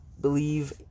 believe